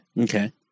Okay